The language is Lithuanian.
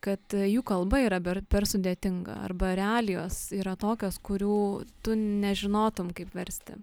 kad jų kalba yra ber per sudėtinga arba realijos yra tokios kurių tu nežinotum kaip versti